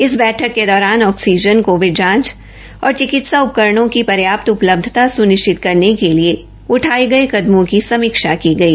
इस बैठक के दौरान ऑक्सीजन कोविड जांच और चिकित्सा उपकरणों की पर्याप्त उपलब्धता सुनिष्चित करने के लिए उठाए गए कदमों की समीक्षा की गई